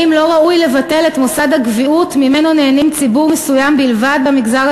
האם לא ראוי לבטל את מוסד הקביעות שממנו נהנה ציבור מסוים בלבד במגזר